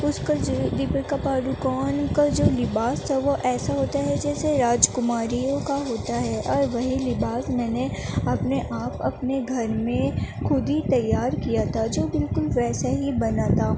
اس کا جو دیپکا پاڈوکون کا جو لباس تھا وہ ایسا ہوتا ہے جیسے راج کماریوں کا ہوتا ہے اور وہی لباس میں نے اپنے آپ اپنے گھر میں خود ہی تیار کیا تھا جو بالکل ویسا ہی بنا تھا